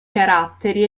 caratteri